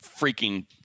freaking